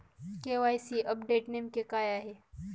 KYC update नेमके काय आहे?